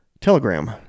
Telegram